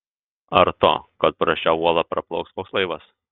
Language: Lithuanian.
ar to kad pro šią uolą praplauks koks laivas